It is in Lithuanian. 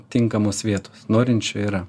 tinkamos vietos norinčių yra